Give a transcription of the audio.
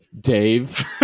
Dave